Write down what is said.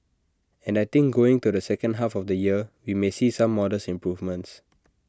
and I think going to the second half of the year we may see some modest improvements